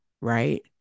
right